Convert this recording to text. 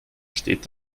steht